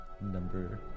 number